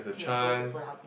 can go to Pulau-Ubin